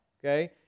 Okay